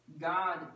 God